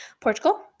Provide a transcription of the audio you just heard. Portugal